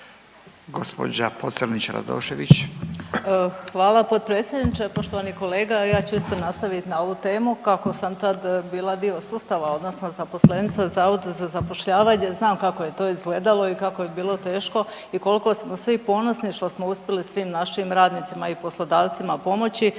gospođo Pocrnić Radošević